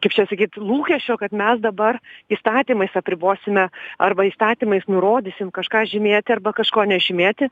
kaip čia sakyt lūkesčio kad mes dabar įstatymais apribosime arba įstatymais nurodysim kažką žymėti arba kažko nežymėti